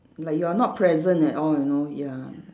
like you are not present at all you know ya